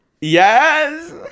Yes